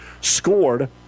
scored